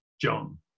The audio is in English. John